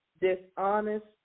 dishonest